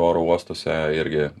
oro uostuose irgi